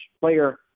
player